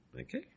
Okay